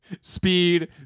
speed